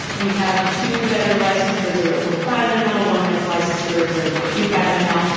we have two that are licensed for zero point five m l, one that's licensed for zero point two five m l,